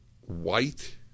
white